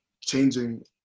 changing